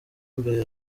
mbere